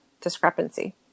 discrepancy